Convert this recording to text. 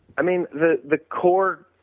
i mean the the core,